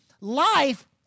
life